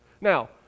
Now